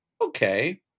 Okay